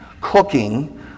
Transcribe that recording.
cooking